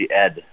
ed